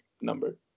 number